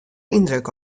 yndruk